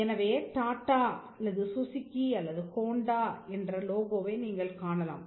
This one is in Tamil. எனவே டாட்டா அல்லது சுசுகி அல்லது ஹோண்டா என்ற லோகோவை நீங்கள் காணலாம்